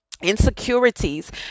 insecurities